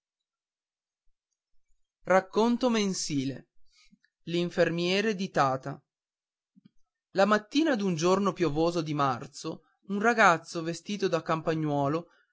cuore l'infermiere di tata racconto mensile la mattina d'un giorno piovoso di marzo un ragazzo vestito da campagnuolo